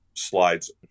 slides